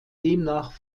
demnach